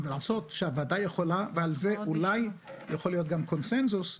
הוצאות שהוועדה יכולה ועל זה אולי יכול להיות גם קונצנזוס,